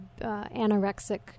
anorexic